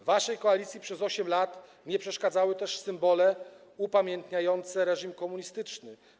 Waszej koalicji przez 8 lat nie przeszkadzały też symbole upamiętniające reżim komunistyczny.